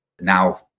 now